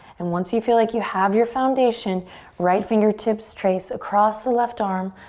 and once you feel like you have your foundation right fingertips trace across the left arm,